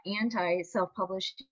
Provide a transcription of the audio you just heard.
anti-self-publishing